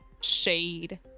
Shade